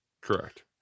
Correct